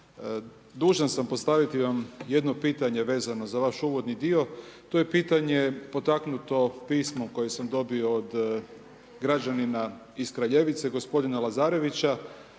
Dužan sam postaviti vam jedno pitanje vezano za vaš uvodni dio. To je pitanje potaknuto pismom koje sam dobio od građanina iz Kraljevice, gospodina Lazarevića.